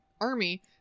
army